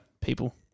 people